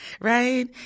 right